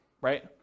right